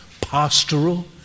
pastoral